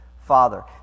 father